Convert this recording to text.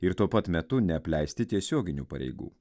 ir tuo pat metu neapleisti tiesioginių pareigų